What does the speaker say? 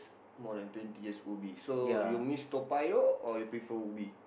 more than twenty years Ubi so you miss Toa-Payoh or you prefer Ubi